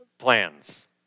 Plans